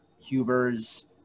Huber's